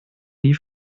nie